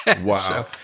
Wow